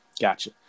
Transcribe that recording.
Gotcha